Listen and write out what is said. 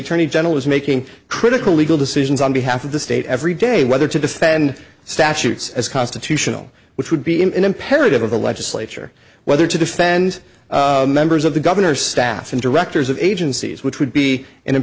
attorney general is making critical legal decisions on behalf of the state every day whether to defend statutes as constitutional which would be an imperative of the legislature whether to defend members of the governor's staff and directors of agencies which would be an